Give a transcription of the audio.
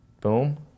boom